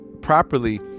properly